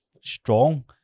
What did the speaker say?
strong